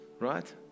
Right